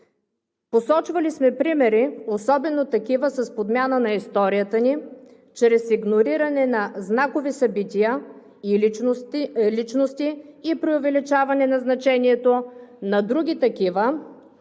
Посочвали сме примери, особено такива с подмяна на историята ни чрез игнориране на знакови събития и личности и преувеличаване на значението на други такива,